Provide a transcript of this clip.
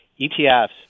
ETFs